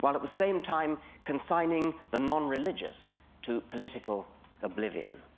while at the same time, consigning the non-religious to political oblivion.